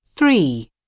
Three